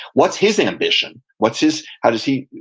what's his ambition, what's his, how does he,